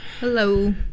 hello